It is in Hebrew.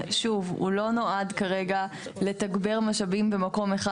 שוב הוא לא נועד כרגע לתגבר משאבים במקום אחד